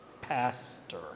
pastor